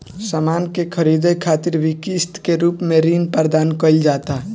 सामान के ख़रीदे खातिर भी किस्त के रूप में ऋण प्रदान कईल जाता